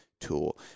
tool